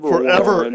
Forever